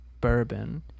bourbon